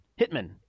Hitman